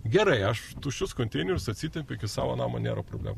gerai aš tuščius konteinerius atsitempiu iki savo namo nėra problemų